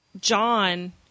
john